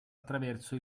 attraverso